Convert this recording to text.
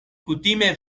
kutime